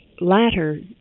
latter